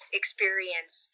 experience